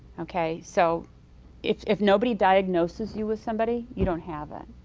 okay? so if if nobody diagnoses you with somebody, you don't have it.